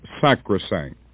sacrosanct